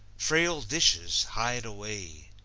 frail dishes, hide away!